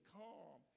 calm